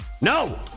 No